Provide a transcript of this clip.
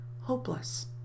hopeless